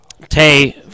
Tay